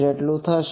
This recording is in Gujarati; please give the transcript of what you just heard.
જેટલું થશે